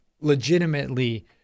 legitimately